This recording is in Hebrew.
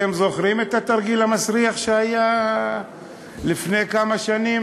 אתם זוכרים את התרגיל המסריח שהיה לפני כמה שנים?